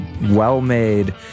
well-made